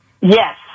Yes